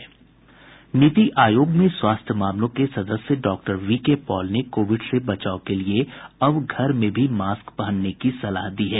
नीति आयोग में स्वास्थ्य मामलों के सदस्य डॉक्टर वीके पॉल ने कोविड से बचाव के लिए अब घर में भी मास्क पहनने की सलाह दी है